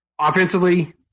offensively